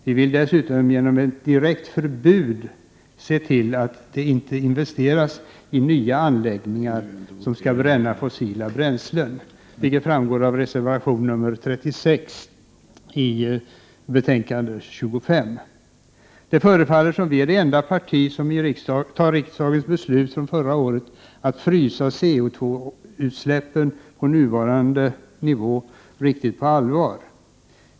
Vi vill dessutom genom ett direkt förbud se till att det inte investeras i nya anläggningar som skall bränna fossila bränslen, vilket framgår av reservation nr 36 i näringsutskottets betänkande 25. Det förefaller som om vi är det enda parti som tar riksdagens beslut från förra året om att frysa CO>utsläppen på nuvarande nivå på allvar.